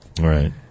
Right